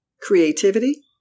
creativity